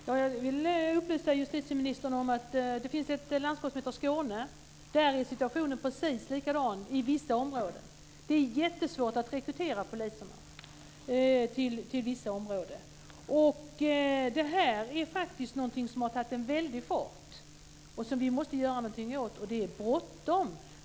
Fru talman! Jag vill upplysa justitieministern om att det finns ett landskap som heter Skåne. Där är situationen precis likadan i vissa områden. Det är jättesvårt att rekrytera poliser till vissa områden. Det här är någonting som har tagit en väldig fart och som vi måste göra någonting åt. Och det är bråttom!